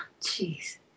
jeez